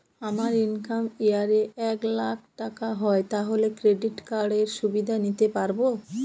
আমার income year এ এক লাক টাকা হয় তাহলে ক্রেডিট কার্ড এর সুবিধা নিতে পারবো?